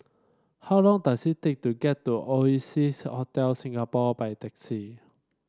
how long does it take to get to Oasias Hotel Singapore by taxi